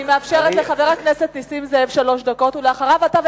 אני מאפשרת לחבר הכנסת נסים זאב שלוש דקות ולאחריו אתה,